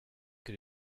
que